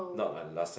not like last time